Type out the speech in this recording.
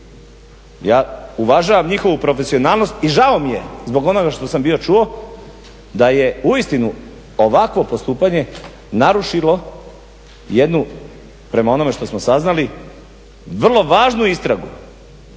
ja uvažavam njihovu profesionalnost i žao mi je zbog onoga što sam bio čuo da je uistinu ovakvo postupanje narušilo jednu prema onome što smo saznali vrlo važnu istragu